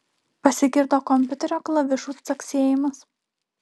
pasigirdo kompiuterio klavišų caksėjimas